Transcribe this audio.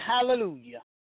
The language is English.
hallelujah